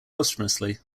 posthumously